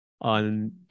on